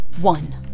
one